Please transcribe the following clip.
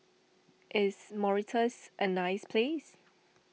is Mauritius a nice place